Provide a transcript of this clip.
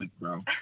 bro